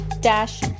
dash